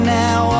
now